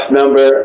number